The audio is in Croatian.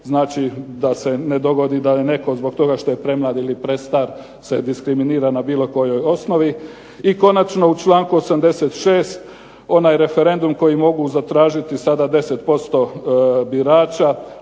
znači da se ne dogodi da je netko zbog toga što je premlad ili prestar se diskriminira na bilo kojoj osnovi. I konačno u članku 86. onaj referendum koji mogu zatražiti sada 10% birača,